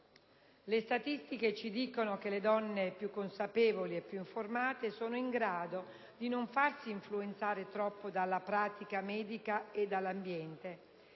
Le statistiche indicano che le donne più consapevoli e più informate sono in grado di non farsi influenzare troppo dalla pratica medica e dall'ambiente